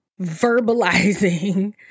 verbalizing